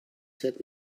said